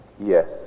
Yes